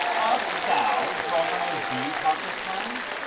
art thou drawn among these heartless hinds?